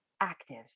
active